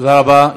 תודה רבה.